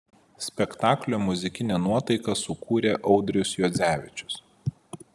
spektaklio muzikinę nuotaiką sukūrė audrius juodzevičius